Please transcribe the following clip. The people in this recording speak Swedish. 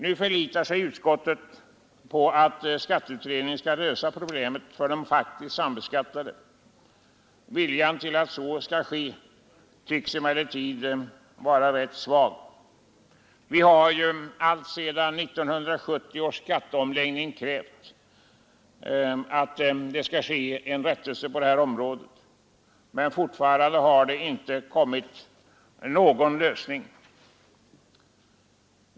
Nu förlitar sig utskottet på att skatteutredningen skall lösa problemet för de faktiskt sambeskattade. Viljan att göra det tycks emellertid vara rätt svag. Vi har sedan 1970 års skatteomläggning krävt rättelse på detta område, men ännu har det inte kommit någon lösning.